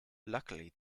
luckily